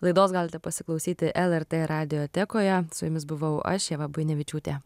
laidos galite pasiklausyti lrt radiotekoje su jumis buvau aš ieva buinevičiūtė